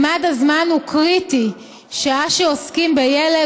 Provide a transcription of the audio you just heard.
ממד הזמן הוא קריטי שעה שעוסקים בילד